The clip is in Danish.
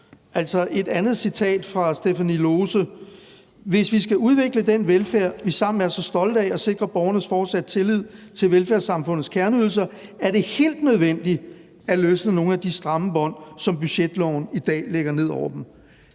et andet citat fra Stephanie Lose er: »Hvis vi skal udvikle den velfærd, vi alle sammen er så stolte af, og sikre borgernes fortsatte tillid til velfærdssamfundets kerneydelser, er det helt nødvendigt at løsne nogle af de stramme bånd, som budgetloven i dag lægger ned over dem.«